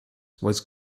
was